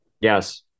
yes